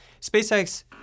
SpaceX